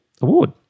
award